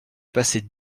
passé